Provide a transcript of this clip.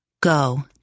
Go